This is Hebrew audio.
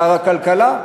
שר הכלכלה,